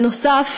בנוסף,